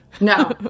No